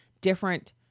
different